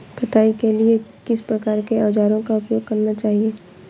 कटाई के लिए किस प्रकार के औज़ारों का उपयोग करना चाहिए?